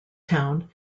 town